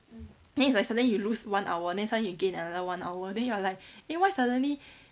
then it's like suddenly you lose one hour then suddenly you gain another one hour then you are like eh why suddenly